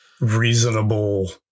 reasonable